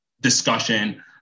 discussion